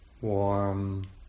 warm